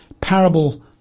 parable